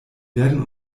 werden